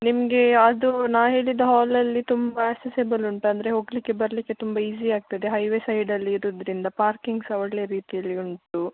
ನಿಮ್ಗೆ ಅದು ನಾನು ಹೇಳಿದ ಹಾಲಲ್ಲಿ ತುಂಬ ಅಸೆಸೇಬಲ್ ಉಂಟು ಅಂದರೆ ಹೋಗಲಿಕ್ಕೆ ಬರಲಿಕ್ಕೆ ತುಂಬ ಈಝಿ ಆಗ್ತದೆ ಹೈವೇ ಸೈಡಲ್ಲಿ ಇರುವುದ್ರಿಂದ ಪಾರ್ಕಿಂಗ್ ಸಹ ಒಳ್ಳೆಯ ರೀತಿಯಲ್ಲಿ ಉಂಟು